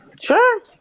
Sure